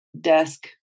desk